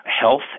health